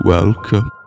welcome